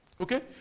Okay